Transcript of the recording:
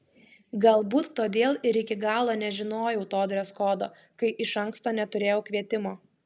galbūt todėl ir iki galo nežinojau to dreskodo kai iš anksto neturėjau kvietimo